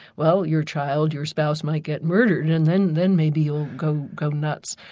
well your child, your spouse might get murdered, and then then maybe you'll go go nuts.